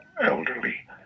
elderly